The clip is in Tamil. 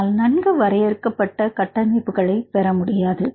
ஆனால் நன்கு வரையறுக்கப்பட்ட கட்டமைப்புகளைப் பெற முடியாது